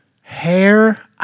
hair